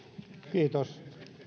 kiitos